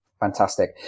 fantastic